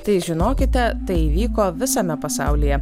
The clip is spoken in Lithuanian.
tai žinokite tai vyko visame pasaulyje